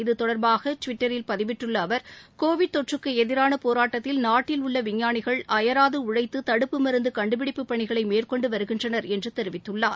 இது தொடர்பாக டிவிட்டரில் பதிவிட்டுள்ள அவர் கோவிட் தொற்றுக்கு எதிரான போராட்டத்தில் நாட்டில் உள்ள விஞ்ஞானிகள் அயராது உழைத்து தடுப்பு மருந்து கண்டுபிடிப்பு பணிகளை மேற்கொண்டு வருகின்றனர் என்றார்